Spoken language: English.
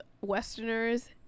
Westerners